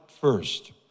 first